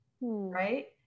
Right